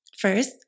First